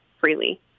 freely